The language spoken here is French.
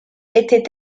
était